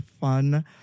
fun